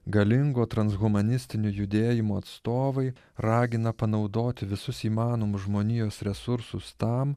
galingo transhumanistinių judėjimų atstovai ragina panaudoti visus įmanomus žmonijos resursus tam